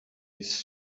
his